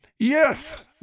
Yes